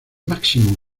máximo